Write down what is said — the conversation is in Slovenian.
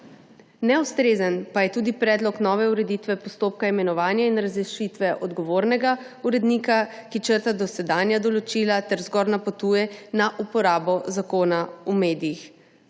Neustrezen je tudi predlog nove ureditve postopka imenovanja in razrešitve odgovornega urednika, ki črta dosedanja določila ter zgolj napotuje na uporabo Zakona o medijih.